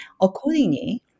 Accordingly